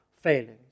failings